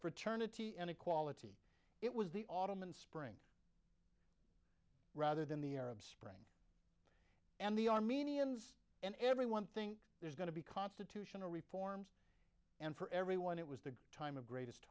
eternity and equality it was the autumn and spring rather than the arab spring and the armenians and everyone thing there's going to be constitutional reforms and for everyone it was the time of greatest